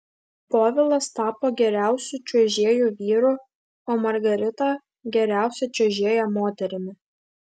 povilas tapo geriausiu čiuožėju vyru o margarita geriausia čiuožėja moterimi